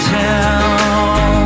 town